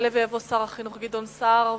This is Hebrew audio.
יעלה ויבוא שר החינוך גדעון סער,